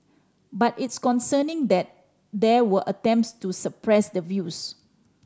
but it's concerning that there were attempts to suppress the views